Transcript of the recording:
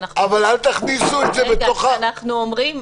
כשאנחנו אומרים